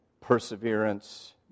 perseverance